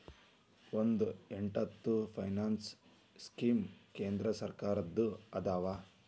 ಒಂದ್ ಎಂಟತ್ತು finance scheme ಕೇಂದ್ರ ಸರ್ಕಾರದ್ದ ಅದಾವ